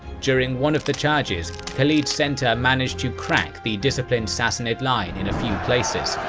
during one of the charges khalid's center managed to crack the disciplined sassanid line in a few places.